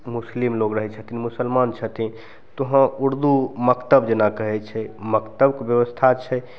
मुस्लिम लोग रहय छथिन मुसलमान छथिन तऽ वहाँ उर्दू मकतब जेना कहय छै मकतबके व्यवस्था छै